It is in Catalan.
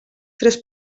tres